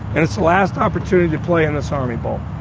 and it's the last opportunity to play in this army bowl